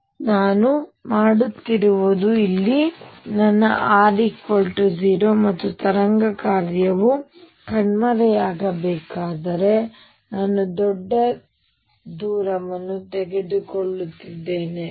ಆದ್ದರಿಂದ ನಾವು ಮಾಡುತ್ತಿರುವುದು ಇಲ್ಲಿ ನನ್ನ r 0 ಮತ್ತು ತರಂಗ ಕಾರ್ಯವು ಕಣ್ಮರೆಯಾಗಬೇಕಾದರೆ ನಾನು ದೊಡ್ಡ ದೂರವನ್ನು ತೆಗೆದುಕೊಳ್ಳುತ್ತಿದ್ದೇನೆ